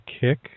kick